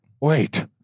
wait